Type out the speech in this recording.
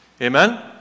Amen